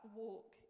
walk